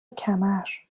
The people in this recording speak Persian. کمر